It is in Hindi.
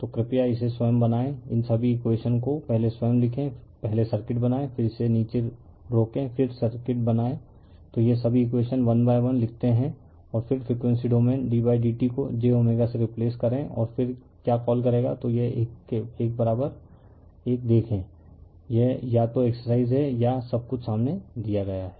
तो कृपया इसे स्वयं बनाएं इन सभी इकवेशन को पहले स्वयं लिखें पहले सर्किट बनाएं फिर इसे नीचे रोकें और फिर सर्किट बनाएं तो यह सभी इकवेशन वन बाय वन लिखते हैं और फिर फ़्रीक्वेंसी डोमेन ddt को j ω से रिप्लेस करे और फिर क्या कॉल करेगा तो यह एक बराबर 1 देखें यह या तो एक्सरसाइज है या सब कुछ सामने दिया गया है